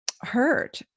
hurt